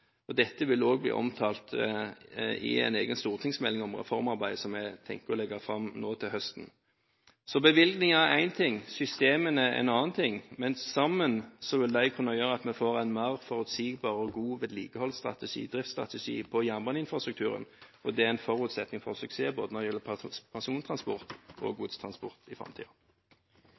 jernbanen. Dette vil også bli omtalt i en egen stortingsmelding om reformarbeid som jeg tenker å legge fram til høsten. Bevilgninger er en ting, systemene er en annen ting, men sammen vil de kunne gjøre at vi får en mer forutsigbar god vedlikeholdsstrategi og driftsstrategi på jernbaneinfrastrukturen. Det er en forutsetning for suksess både når det gjelder persontransport og når det gjelder godstransport i